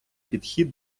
підхід